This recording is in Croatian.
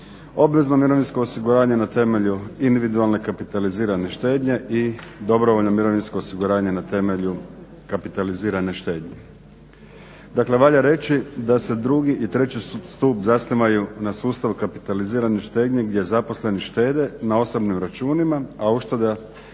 obvezno mirovinsko osiguranje na temelju individualne kapitalizirane štednje i dobrovoljno mirovinsko osiguranje na temelju kapitalizirane štednje. Dakle, valja reći da se drugi i treći stup zasnivaju na sustavu kapitalizirane štednje gdje zaposleni štede na osobnim računima, a ušteđena